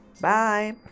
bye